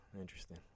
Interesting